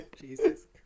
Jesus